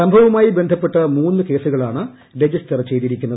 സംഭവവുമായി ബന്ധപ്പെട്ട് മൂന്ന് കേസുകളാണ് രജിസ്റ്റർ ചെയ്തിരിക്കുന്നത്